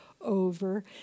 over